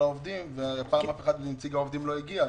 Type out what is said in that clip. אחד לא הגיע.